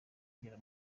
agera